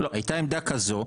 הייתה עמדה כזו.